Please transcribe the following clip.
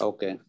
Okay